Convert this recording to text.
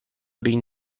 been